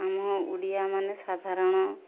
ଆମ ଓଡ଼ିଆମାନେ ସାଧାରଣ